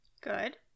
Good